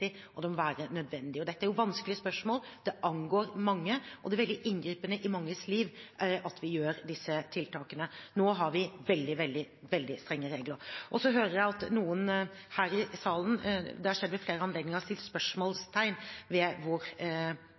og det må være nødvendig. Dette er vanskelige spørsmål. Det angår mange, og det er veldig inngripende i manges liv at vi gjør disse tiltakene. Nå har vi veldig, veldig, veldig strenge regler. Jeg hører at noen her i salen – det har skjedd ved flere anledninger – har satt spørsmålstegn ved hvor